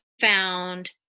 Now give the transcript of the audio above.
found